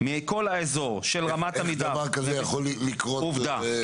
מכול האזור של רמת עמידר -- איך דבר כזה יכול לקרות -- עובדה.